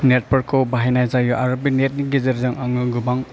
नेटफोरखौ बाहाइनाय जायो आरो बे नेटनि गेजेरजों आङो गोबां